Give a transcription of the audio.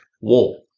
wall